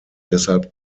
deshalb